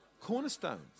Cornerstones